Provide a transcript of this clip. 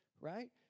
Right